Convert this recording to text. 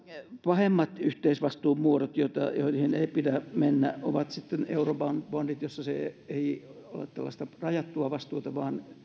pahemmat yhteisvastuun muodot joihin ei pidä mennä ovat eurobondit joissa ei ole tällaista rajattua vastuuta vaan